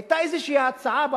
היתה איזו הצעה באוצר,